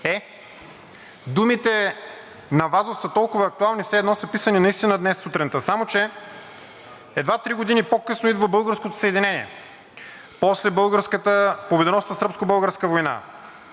Е, думите на Вазов са толкова актуални, все едно са писани наистина днес сутринта, само че едва три години по-късно идва българското Съединение, после българската победоносна Сръбско-българска война